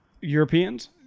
Europeans